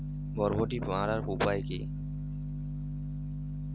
বরবটির পোকা মারার উপায় কি?